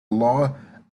law